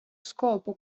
scopo